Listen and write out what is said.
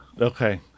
Okay